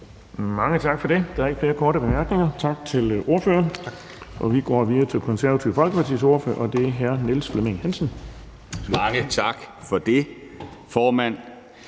Mange tak for det. Der er ikke flere korte bemærkninger. Tak til ordføreren. Vi går videre til Det Konservative Folkepartis ordfører, og det er hr. Niels Flemming Hansen. Kl. 18:25 (Ordfører)